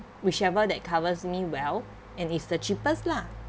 whichever that covers me well and it's the cheapest lah